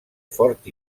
fort